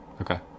okay